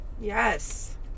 Yes